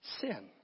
sin